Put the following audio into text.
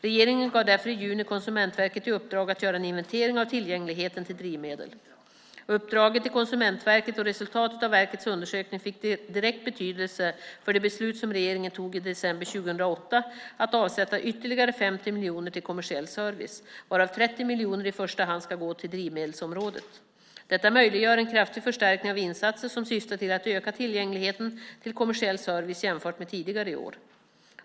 Regeringen gav därför i juni Konsumentverket i uppdrag att göra en inventering av tillgängligheten till drivmedel. Uppdraget till Konsumentverket - och resultatet av verkets undersökning - fick direkt betydelse för det beslut som regeringen fattade i december 2008 att avsätta ytterligare 50 miljoner till kommersiell service, varav 30 miljoner i första hand ska gå till drivmedelsområdet. Detta möjliggör en kraftig förstärkning av insatser som syftar till att öka tillgängligheten till kommersiell service jämfört med tidigare år.